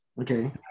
Okay